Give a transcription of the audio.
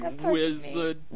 wizard